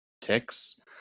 ticks